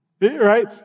right